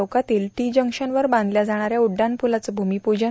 चौकातील टी जंक्शनवर बांधल्या जाणाऱ्या या उड्डाणपुलाचं भूमीपुजन